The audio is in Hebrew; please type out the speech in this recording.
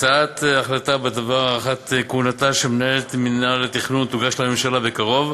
הצעת החלטה בדבר הארכת כהונתה של מנהלת מינהל התכנון תוגש לממשלה בקרוב,